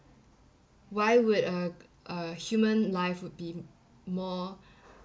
why would a a human life would be more